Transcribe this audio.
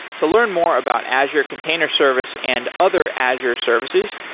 to learn more about azure container service and other azure services,